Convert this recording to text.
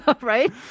Right